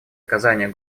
оказанию